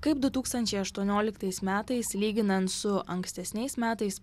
kaip du tūkstančiai aštuonioliktais metais lyginant su ankstesniais metais